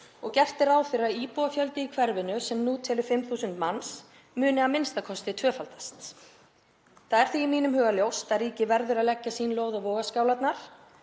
og gert er ráð fyrir að íbúafjöldi í hverfinu sem nú telur 5.000 manns muni a.m.k. tvöfaldast. Það er því í mínum huga ljóst að ríkið verður að leggja sín lóð á vogarskálarnar